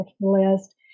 list